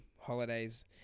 holidays